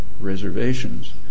reservations